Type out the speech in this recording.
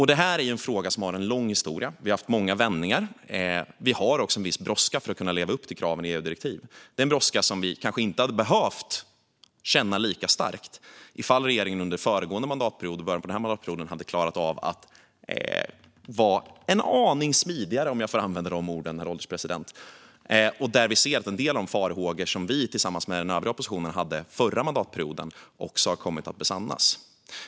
Det här är en fråga som har en lång historia med många vändningar. Vi har också en viss brådska för att kunna leva upp till kraven i EU-direktiv. Det är en brådska som vi kanske inte skulle ha behövt känna lika starkt om regeringen under föregående mandatperiod och i början av den här mandatperioden hade klarat av att vara en aning smidigare, om jag får använda de orden, herr ålderspresident. De farhågor som vi och övriga oppositionen hade under förra mandatperioden har kommit att besannas.